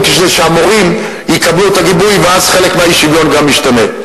כדי שהמורים יקבלו את הגיבוי ואז גם חלק מהאי-שוויון ישתנה.